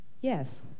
Yes